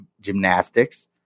gymnastics